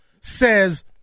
says